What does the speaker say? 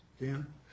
Dan